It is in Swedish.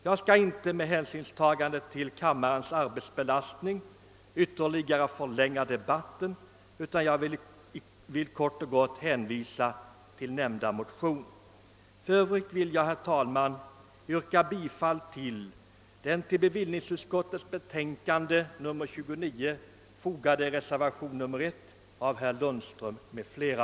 På grund av kammarens arbetsbelastning skall jag inte ytterligare förlänga debatten, utan vill kort och gott hänvisa till nämnda motion. För Övrigt yrkar jag, herr talman, bifall till den till bevillningsutskottets betänkande fogade reservationen I av herr Lundström m.fl.